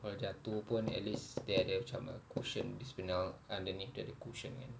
kalau jatuh pun at least dia ada macam uh cushion this vinyl kan underneath dia ada cushion kan